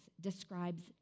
describes